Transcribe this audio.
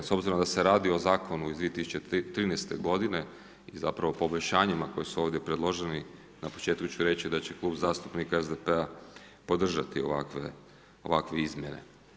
S obzirom da se radi o zakonu iz 2013. godine i zapravo poboljšanjima koja su ovdje predložena, na početku ću reći da će Klub zastupnika SDP-a podržati ovakve izmjene.